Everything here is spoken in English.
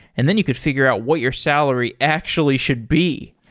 and then you could figure out what your salary actually should be.